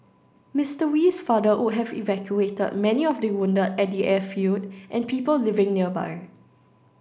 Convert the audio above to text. Mr Wee's father would have evacuated many of the wounded at the airfield and people living nearby